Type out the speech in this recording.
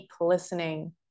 listening